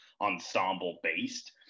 ensemble-based